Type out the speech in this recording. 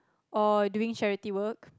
or doing charity work